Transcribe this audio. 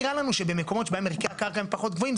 נראה לנו שבמקומות בהם ערכי הקרקע הם פחות גבוהים,